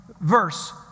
verse